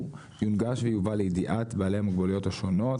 ויונגש ויובא לידיעת בעלי מוגבלויות השונות".